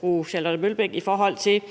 fru Charlotte Broman Mølbæk, i forhold til